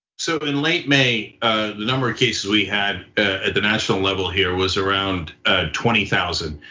so but in late may, the number of cases we had at the national level here was around twenty thousand.